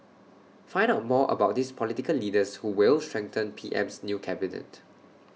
find out more about these political leaders who will strengthen P M's new cabinet